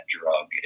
drug